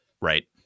Right